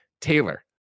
Taylor